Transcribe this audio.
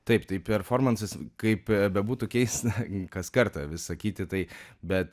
taip tai performansas kaip bebūtų keista kas kartą vis sakyti tai bet